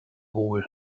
wohl